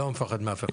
לא מפחד מאף אחד.